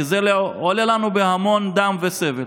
כי זה עולה לנו בהמון דם וסבל.